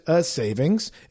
savings